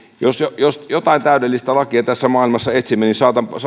jos jotain täydellistä lakia tässä maailmassa etsimme niin